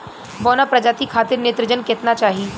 बौना प्रजाति खातिर नेत्रजन केतना चाही?